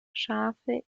schafe